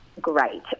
great